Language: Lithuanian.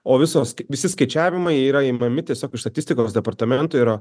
o visos visi skaičiavimai yra imami tiesiog iš statistikos departamento yra